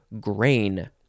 grain